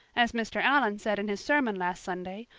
as mr. allan said in his sermon last sunday,